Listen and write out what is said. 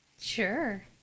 Sure